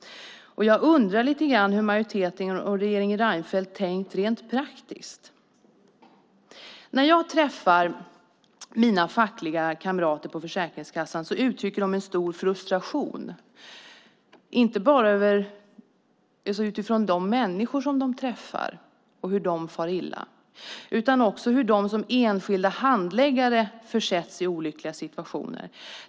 Jag undrar lite hur majoriteten och regeringen Reinfeldt har tänkt rent praktiskt. När jag träffar mina fackliga kamrater på Försäkringskassan uttrycker de stor frustration, inte bara utifrån de människor som de träffar och hur de far illa utan också utifrån hur de som enskilda handläggare försätts i olyckliga situationer.